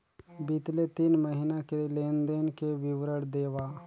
बितले तीन महीना के लेन देन के विवरण देवा?